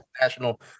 national